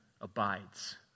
abides